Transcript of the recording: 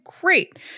great